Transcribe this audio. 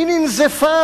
היא ננזפה,